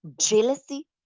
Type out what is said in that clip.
jealousy